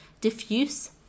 diffuse